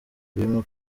birimo